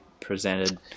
presented